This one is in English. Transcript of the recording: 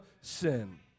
sin